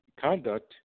conduct